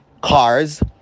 cars